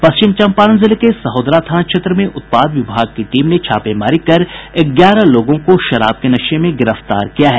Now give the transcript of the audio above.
पश्चिम चम्पारण जिले के सहोदरा थाना क्षेत्र में उत्पाद विभाग की टीम ने छापेमारी कर ग्यारह लोगों को शराब के नशे में गिरफ्तार किया है